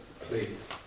please